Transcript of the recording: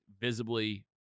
visibly